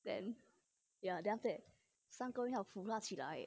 then ya then after san gen 要扶她起来